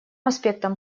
аспектом